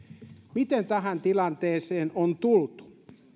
miten tähän tilanteeseen on tultu